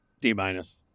D-minus